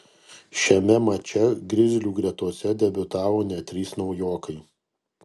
šiame mače grizlių gretose debiutavo net trys naujokai